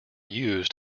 used